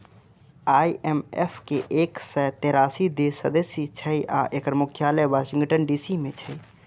IMF के एक सय तेरासी देश सदस्य छै आ एकर मुख्यालय वाशिंगटन डी.सी मे छै